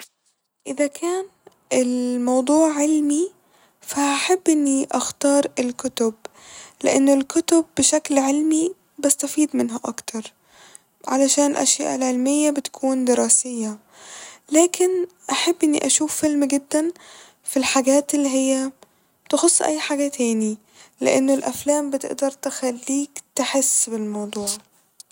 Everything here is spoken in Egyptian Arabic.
اذا كان ال- موضوع علمي فهحب اني اختار الكتب ، لان الكتب بشكل علمي بستفيد منها اكتر ، علشان الاشياء العلمية بتكون دراسية ، لكن احب اني اشوف فيلم جدا ف الحاجات اللي هي تخص اي حاجة تاني لان الافلام بتقدر تخليك تحس بالموضوع